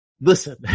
Listen